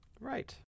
Right